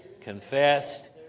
confessed